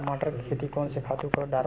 टमाटर के खेती कोन से खातु डारबो?